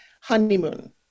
honeymoon